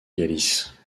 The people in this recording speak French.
galice